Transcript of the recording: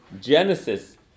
Genesis